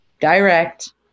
direct